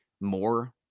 more